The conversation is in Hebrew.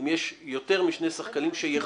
מה מצב השחקנים בשוק